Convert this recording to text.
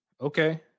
Okay